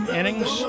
innings